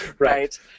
right